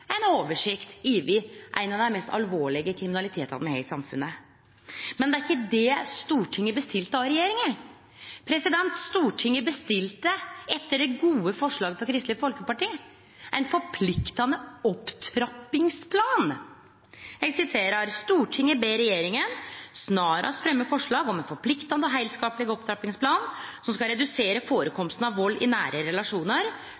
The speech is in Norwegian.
ein av dei mest alvorlege kriminalitetane me har i samfunnet. Men det er ikkje det Stortinget bestilte av regjeringa. Stortinget bestilte etter det gode forslaget frå Kristeleg Folkeparti ein forpliktande opptrappingsplan. Eg siterer: «Stortinget ber regjeringen snarest fremme forslag om en forpliktende og helhetlig opptrappingsplan som skal redusere